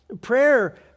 Prayer